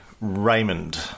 Raymond